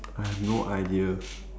I have no idea